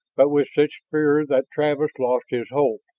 but with such fervor that travis lost his hold,